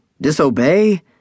disobey